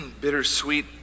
bittersweet